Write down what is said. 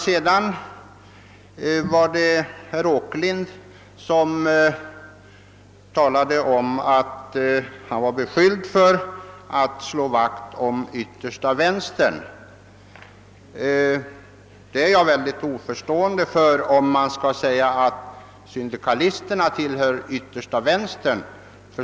Herr Åkerlind sade att han beskylldes för att slå vakt om den yttersta vänsterns intressen. Jag ställer mig alldeles oförstående till påståendet att syndikalisterna skulle tillhöra den yttersta vänstern.